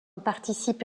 participe